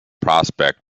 prospect